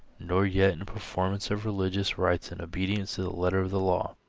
nor yet in performance of religious rites and obedience to the letter of the law.